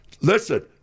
Listen